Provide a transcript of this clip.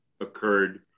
occurred